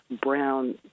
brown